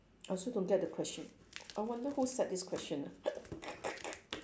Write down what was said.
I also don't get the question I wonder who set this question ah